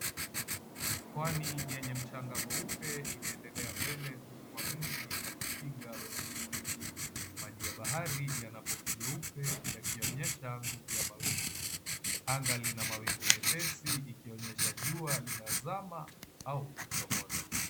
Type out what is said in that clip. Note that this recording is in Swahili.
Pwani yenye mchanga mweupe inaendelea mbele huku mawimbi yakipiga ufukwe. Maji ya bahari yana povu nyeupe yakionyesha nguvu ya mawimbi. Anga lina mawingu mepesi ikionyesha jua linazama au kuchomoza.